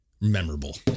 memorable